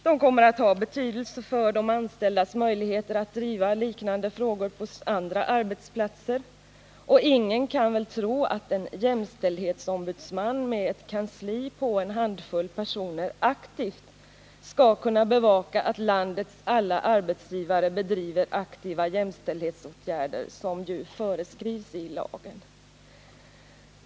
De kommer också att ha betydelse för de anställdas möjligheter att driva liknande frågor på andra arbetsplatser — för ingen tror väl att en jämställdhetsombudsman med ett kansli på en handfull personer aktivt skall kunna bevaka att landets alla arbetsgivare bedriver aktiva jämställdhetsåtgärder, som ju föreskrivs i lagen.